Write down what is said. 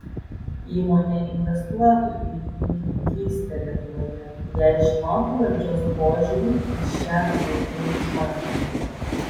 įmonė investuotų į linininkystę lietuvoje jei žinotų valdžios požiūrį į šią ūkio šaką